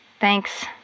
Thanks